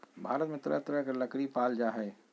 भारत में तरह तरह के लकरी पाल जा हइ